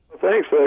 Thanks